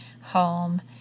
home